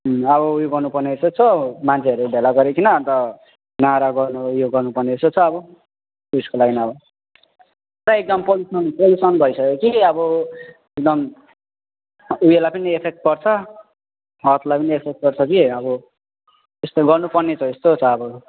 अब ऊ यो गर्नुपर्ने जस्तो छ मान्छेहरू भेला गरिकिन अनि त नारा गर्नु यो गर्नुपर्ने जस्तो छ अब त्यसको लागि अब पुरै एकदम पोल्युसन पोल्युसन भइसक्यो कि अब एकदम ऊ योलाई पनि एफेक्ट पर्छ अर्थलाई पनि एफेक्ट पर्छ कि अब यस्तो गर्नुपर्ने त यस्तो छ अब